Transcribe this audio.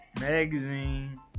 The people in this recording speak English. magazine